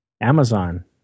Amazon